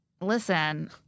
listen